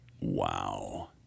Wow